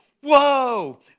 Whoa